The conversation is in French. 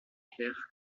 clair